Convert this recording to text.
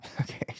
Okay